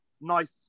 Nice